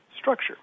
structure